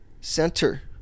center